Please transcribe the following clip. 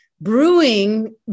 brewing